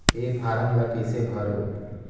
ये फारम ला कइसे भरो?